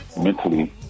mentally